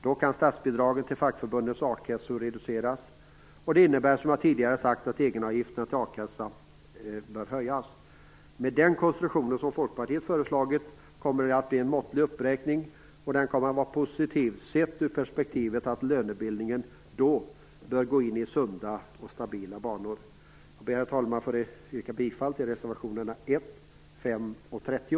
Då kan statsbidragen till fackförbundens a-kassor reduceras. Därför bör, som jag tidigare sagt, egenavgifterna till a-kassan höjas. Med den konstruktion som Folkpartiet föreslagit kommer det att bli en måttlig uppräkning, och den kommer att vara positiv sett ur perspektivet att lönebildningen då bör gå in i sunda och stabila banor. Herr talman! Med detta yrkar jag bifall till reservationerna 1, 5 och 30.